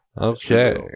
Okay